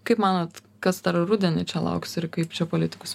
kaip manot kas dar rudenį čia lauks ir kaip čia politikus